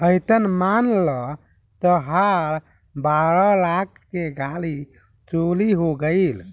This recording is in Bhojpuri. अइसन मान ल तहार बारह लाख के गाड़ी चोरी हो गइल